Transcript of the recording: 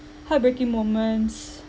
heartbreaking moments